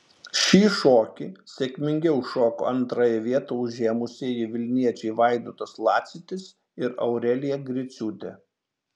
šį šokį sėkmingiau šoko antrąją vietą užėmusieji vilniečiai vaidotas lacitis ir aurelija griciūtė